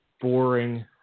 boring